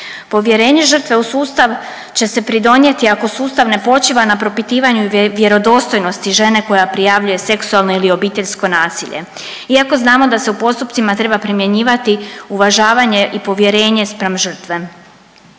Povjerenje žrtve u sustav će se pridonijeti ako sustav ne počiva na propitivanju vjerodostojnosti žene koja prijavljuje seksualno ili obiteljsko nasilje, iako znamo da se u postupcima treba primjenjivati uvažavanje i povjerenje spram žrtve.